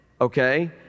okay